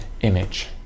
image